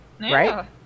Right